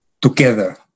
together